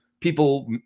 people